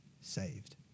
saved